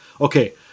Okay